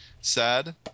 sad